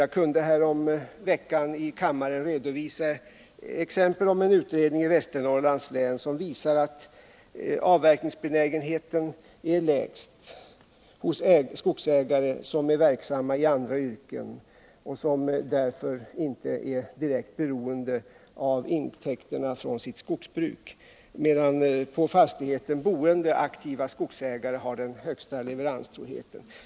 Jag kunde häromveckan i kammaren redovisa exempel från en utredning i Västernorrlands län, som visat att avverkningsbenägenheten är lägst hos skogsägare som är verksamma i andra yrken och som därför inte är direkt beroende av intäkterna från sitt skogsbruk, medan på fastigheten boende aktiva skogsägare har den högsta leveranstroheten.